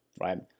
right